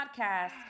podcast